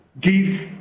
give